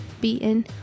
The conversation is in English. beaten